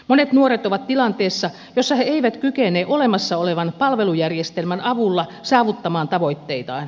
monet nuoret ovat tilanteessa jossa he eivät kykene olemassa olevan palvelujärjestelmän avulla saavuttamaan tavoitteitaan